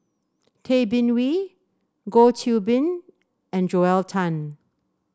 Tay Bin Wee Goh Qiu Bin and Joel Tan